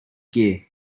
gear